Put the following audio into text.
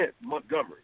Montgomery